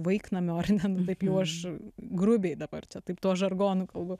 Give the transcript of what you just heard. vaiknamio ar ne nu taip jau aš grubiai dabar čia taip tuo žargonu kalbu